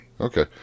Okay